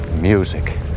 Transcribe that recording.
music